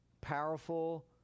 powerful